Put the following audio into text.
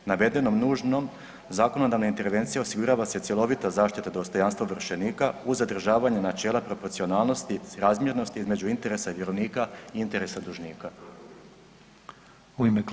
Navedenom nužnom zakonodavna intervencija osigurava se cjelovita zaštita dostojanstva ovršenika uz zadržavanja načela proporcionalnosti i razmjernosti između interesa vjerovnika i interesa dužnika.